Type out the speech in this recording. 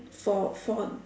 for for